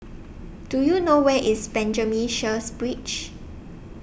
Do YOU know Where IS Benjamin Sheares Bridge